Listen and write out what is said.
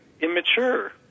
immature